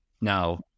now